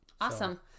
Awesome